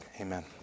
amen